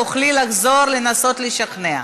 תוכלי לחזור לנסות לשכנע.